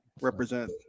Represent